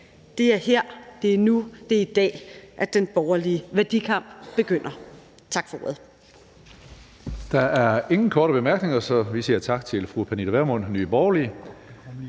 Det er her, det er nu, det er i dag, den borgerlige værdikamp begynder.